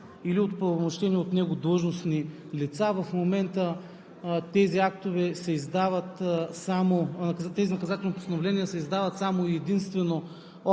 или от оправомощени от него длъжностни лица. В момента тези наказателни постановления се издават само и единствено